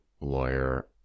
lawyer